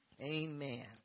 Amen